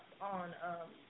on